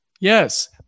Yes